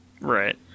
Right